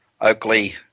Oakley